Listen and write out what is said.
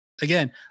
again